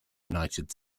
united